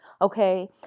Okay